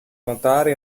notare